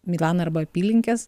milaną arba apylinkes